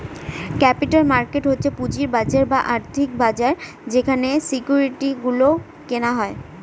capital market হচ্ছে পুঁজির বাজার বা আর্থিক বাজার যেখানে সিকিউরিটি গুলো কেনা হয়